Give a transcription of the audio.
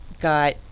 got